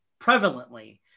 prevalently